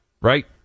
right